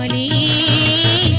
e